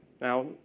Now